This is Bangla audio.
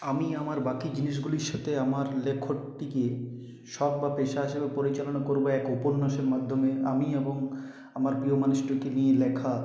আমি আমার বাকি জিনিসগুলির সাথে আমার লেখকটিকে সব বা পেশা হিসেবে পরিচালনা করব এক উপন্যাসের মাধ্যমে আমি এবং আমার প্রিয় মানুষটিকে নিয়ে লেখা